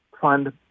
fund